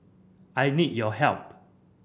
I need your help